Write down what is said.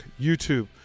YouTube